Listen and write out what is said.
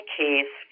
case